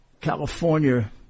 California